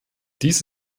dies